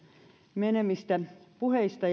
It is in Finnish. menevistä puheista